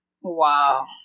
wow